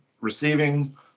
receiving